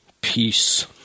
peace